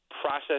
process